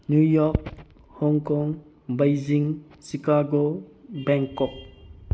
New York Hong Kong Beijing Chicago Bangkok